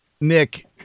Nick